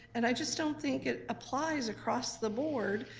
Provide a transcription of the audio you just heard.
and i just don't think it applies across the board.